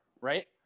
right